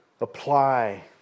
Apply